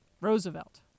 Roosevelt